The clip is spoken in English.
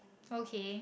okay